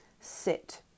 Sit